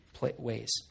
ways